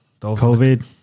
covid